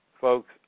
Folks